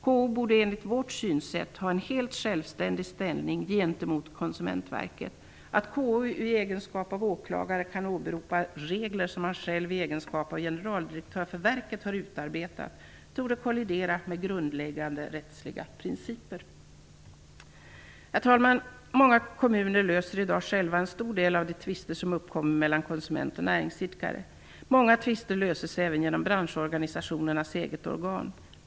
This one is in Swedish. KO borde, enligt vårt synsätt, ha en helt självständig ställning gentemot Konsumentverket. Att KO i egenskap av åklagare kan åberopa regler som han själv i egenskap av generaldirektör för verket har utarbetat torde kollidera med grundläggande rättsliga principer. Herr talman! Många kommuner löser i dag själva en stor del av de tvister som uppkommer mellan konsument och näringsidkare. Många tvister löses även genom branschorganisationernas egna organ.